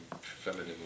feminine